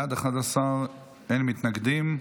בעד, 11, אין מתנגדים.